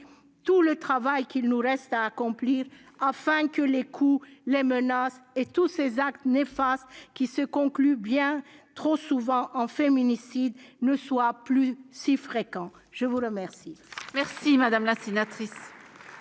tout le travail qu'il nous reste à accomplir afin que les coups, les menaces et tous ces actes néfastes qui se concluent bien trop souvent par des féminicides ne soient plus si fréquents. La parole